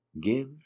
Give